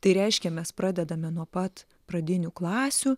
tai reiškia mes pradedame nuo pat pradinių klasių